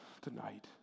tonight